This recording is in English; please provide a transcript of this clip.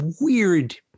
weird